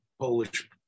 Polish